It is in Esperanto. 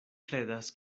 kredas